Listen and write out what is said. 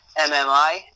MMI